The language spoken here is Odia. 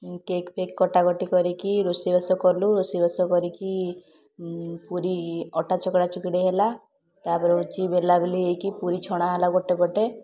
କେକ୍ପେକ୍ କଟାକଟି କରିକି ରୋଷେଇବାସ କଲୁ ରୋଷେଇବାସ କରିକି ପୁରି ଅଟା ଚକଡ଼ାଚକଡ଼ି ହେଲା ତାପରେ ହେଉଛି ବେଲା ବେଲି ହୋଇକି ଛଣା ହେଲା ଗୋଟେ ପଟେ